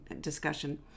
discussion